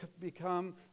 become